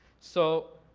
so,